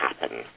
happen